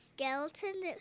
skeleton